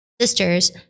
sisters